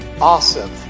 awesome